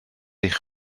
eich